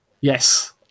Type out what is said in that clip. yes